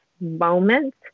moment